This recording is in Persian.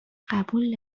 قبول